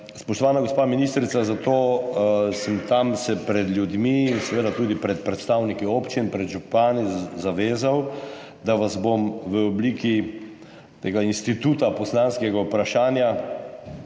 Spoštovana gospa ministrica, zato sem se tam pred ljudmi in seveda tudi pred predstavniki občin, pred župani zavezal, da vas bom v obliki instituta poslanskega vprašanja